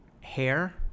hair